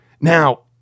Now